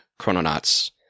Chrononauts